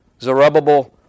Zerubbabel